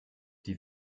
die